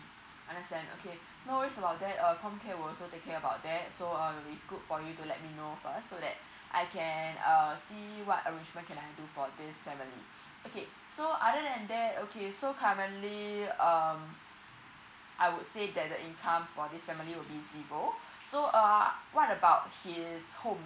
understand okay no worries about that uh com care would also take care about that so um it's good for you to let me know first so that I can uh see what arrangement can I do for this family okay so other than that okay so currently um I would say that the income for this family would be zero so uh what about his home